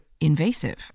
invasive